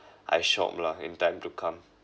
I shop lah in time to come